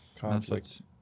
conflicts